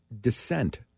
dissent